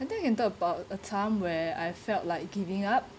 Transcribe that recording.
I think I can talk about a time where I felt like giving up